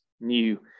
new